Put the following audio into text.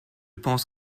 pense